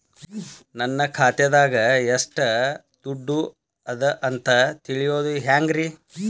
ನನ್ನ ಖಾತೆದಾಗ ಎಷ್ಟ ದುಡ್ಡು ಅದ ಅಂತ ತಿಳಿಯೋದು ಹ್ಯಾಂಗ್ರಿ?